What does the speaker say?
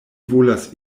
volas